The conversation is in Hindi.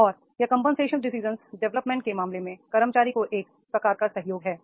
और यह कंपनसेशन डिसीजंस डेवलपमेंट के मामले में कर्मचारी को एक प्रकार का सहयोग है